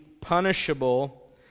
punishable